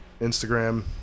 Instagram